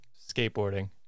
Skateboarding